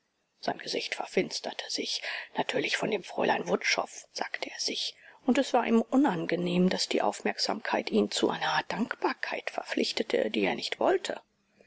sein gesicht verfinsterte sich natürlich von dem fräulein wutschow sagte er sich und es war ihm unangenehm daß die aufmerksamkeit ihn zu einer dankbarkeit verpflichtete die er nicht wollte